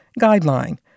Guideline